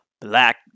black